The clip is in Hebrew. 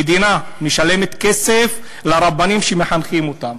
המדינה משלמת כסף לרבנים שמחנכים אותם.